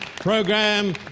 program